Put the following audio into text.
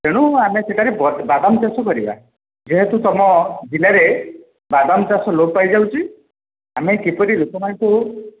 ତେଣୁ ଆମେ ସେଠାରେ ବାଦାମ ଚାଷ କରିବା ଯେହେତୁ ତୁମ ଜିଲ୍ଲାରେ ବାଦାମ ଚାଷ ଲୋପ ପାଇଯାଉଛି ଆମେ କିପରି ଲୋକମାନଙ୍କୁ